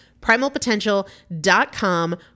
Primalpotential.com